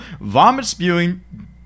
vomit-spewing